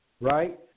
right